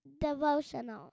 devotional